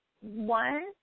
one